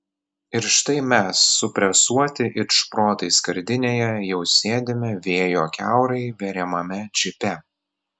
ir štai mes supresuoti it šprotai skardinėje jau sėdime vėjo kiaurai veriamame džipe